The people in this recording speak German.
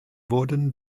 wurden